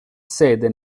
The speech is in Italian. sede